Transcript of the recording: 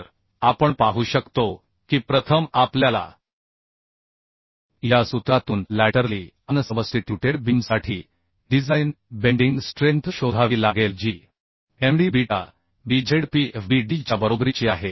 तर आपण पाहू शकतो की प्रथम आपल्याला या सूत्रातून लॅटरली अनसबस्टिट्यूटेड बीमसाठी डिझाइन बेंडिंग स्ट्रेंथ शोधावी लागेल जी md beta b z p f b d च्या बरोबरीची आहे